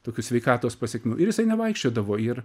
tokių sveikatos pasekmių ir jisai nevaikščiodavo ir